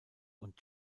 und